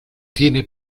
tiene